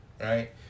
Right